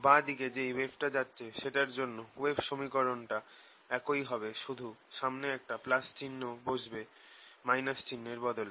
বাঁ দিকে যেই ওয়েভটা যাচ্ছে সেটার জন্য ওয়েভ সমীকরণটা একই হবে শুধু সামনে একটা চিহ্ন বসবে - এর বদলে